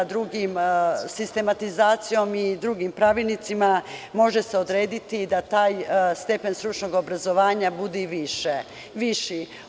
Drugim sistematizacijama i drugim pravilnicima može se odrediti da taj stepen stručnog obrazovanja bude i viši.